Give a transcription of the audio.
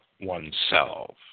oneself